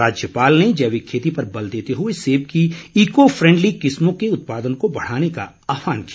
राज्यपाल ने जैविक खेती पर बल देते हुए सेब की इको फ्रेंडली किस्मों के उत्पादन को बढ़ाने का आहवान किया